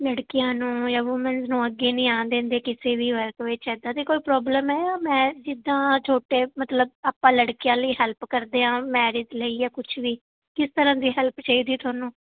ਲੜਕੀਆਂ ਨੂੰ ਜਾਂ ਵੋਮੇਨਸ ਨੂੰ ਅੱਗੇ ਨਹੀਂ ਆਉਣ ਦਿੰਦੇ ਕਿਸੇ ਵੀ ਵਰਕ ਵਿੱਚ ਇੱਦਾਂ ਦੀ ਕੋਈ ਪ੍ਰੋਬਲਮ ਹੈ ਮੈਂ ਜਿੱਦਾਂ ਛੋਟੇ ਮਤਲਬ ਆਪਾਂ ਲੜਕੀਆਂ ਲਈ ਹੈਲਪ ਕਰਦੇ ਹਾਂ ਮੈਰਿਜ ਲਈ ਜਾਂ ਕੁਛ ਵੀ ਕਿਸ ਤਰ੍ਹਾਂ ਦੀ ਹੈਲਪ ਚਾਹੀਦੀ ਤੁਹਾਨੂੰ